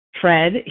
Fred